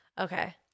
Okay